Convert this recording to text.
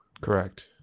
correct